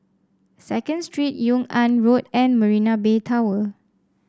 Second Street Yung An Road and Marina Bay Tower